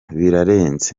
birarenze